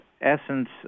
essence